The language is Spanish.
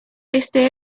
este